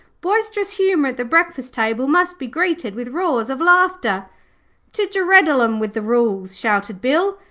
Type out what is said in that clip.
boisterous humour at the breakfast table must be greeted with roars of laughter to jeredelum with the rules shouted bill.